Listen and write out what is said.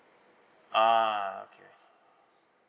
ah okay